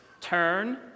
Turn